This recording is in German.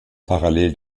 parallel